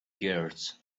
gears